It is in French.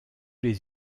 les